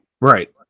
Right